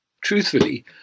Truthfully